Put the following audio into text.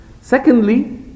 Secondly